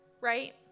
right